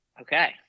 Okay